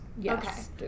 Yes